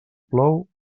plou